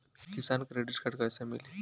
किसान credit card कइसे मिली?